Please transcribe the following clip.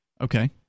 Okay